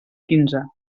quinze